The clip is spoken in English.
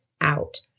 out